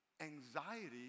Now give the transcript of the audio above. Anxiety